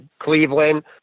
cleveland